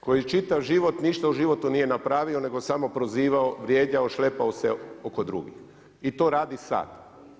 Koji čitav život ništa u životu nije napravio nego samo prozivao, vrijeđao, šlepao se oko drugih i to radi sad.